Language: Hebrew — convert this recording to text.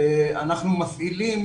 אנחנו מפעילים